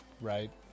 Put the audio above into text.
Right